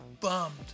bummed